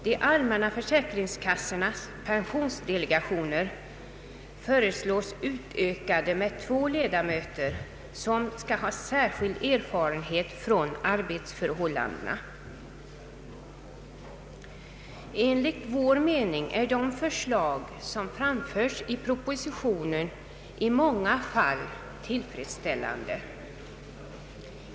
De allmänna försäkringskassornas pensionsdelegatio ner föreslås utökade med två ledamöter som skall ha särskild erfarenhet från arbetsförhållandena. Enligt vår mening är de förslag som framförts i propositionen i många fall tillfredsställande.